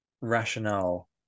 rationale